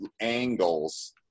angles